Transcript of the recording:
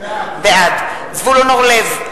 בעד זבולון אורלב,